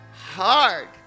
hard